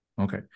Okay